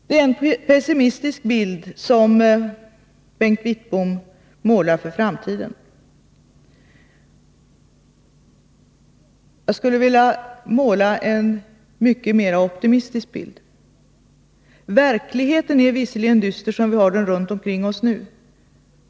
Det är en pessimistisk bild som Bengt Wittbom målar upp av framtiden. Jag skulle vilja måla en mycket mera optimistisk bild. Den verklighet som vi har runt omkring oss nu är visserligen dyster.